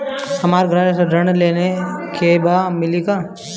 हमरा गृह ऋण लेवे के बा मिली का?